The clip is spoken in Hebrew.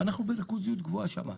אנחנו בריכוזיות גבוהה שם.